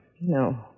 No